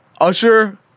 Usher